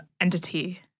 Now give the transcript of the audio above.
entity